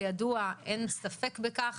אין ספק בכך.